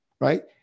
right